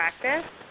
practice